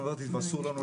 אדם,